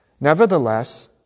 Nevertheless